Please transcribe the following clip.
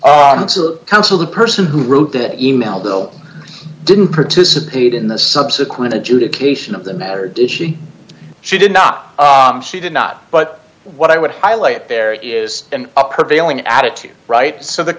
of counsel the person who wrote that e mail though didn't participate in the subsequent adjudication of the matter does she she did not she did not but what i would highlight there is an up prevailing attitude right so the